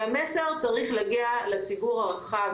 והמסר צריך להגיע לציבור הרחב,